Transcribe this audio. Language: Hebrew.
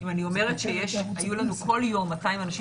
אם אני אומרת שהיו לנו כל יום 200 אנשים